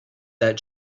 that